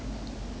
做么你这样